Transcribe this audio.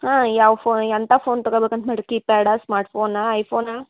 ಹಾಂ ಯಾವ ಫೋನ್ ಎಂತ ಫೋನ್ ತಗಬೇಕು ಅಂತ ಮಾಡಿ ಕೀಪ್ಯಾಡಾ ಸ್ಮಾರ್ಟ್ಫೋನಾ ಐಫೋನಾ